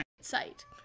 site